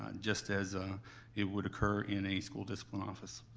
um just as ah it would occur in a school discipline office,